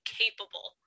capable